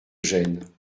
gênes